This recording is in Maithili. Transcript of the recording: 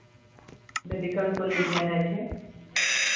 मेडिकल कॉलेज गेनाइ छै